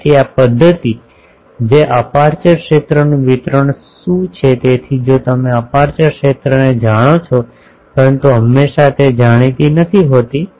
તેથી આ પદ્ધતિ જે અપેર્ચર ક્ષેત્રનું વિતરણ શું છે તેથી જો તમે અપેર્ચર ક્ષેત્રને જાણો છો પરંતુ હંમેશાં તે જાણીતી નથી હોતી